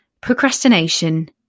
procrastination